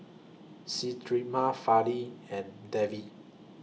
Smriti Fali and Devi